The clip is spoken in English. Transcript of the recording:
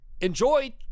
enjoy